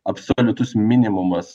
absoliutus minimumas